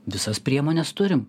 visas priemones turim